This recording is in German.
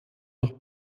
noch